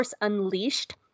Unleashed